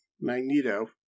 magneto